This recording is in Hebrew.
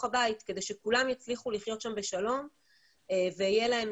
הבית כדי שכולם יצליחו לחיות שם בשלום ותהיה להם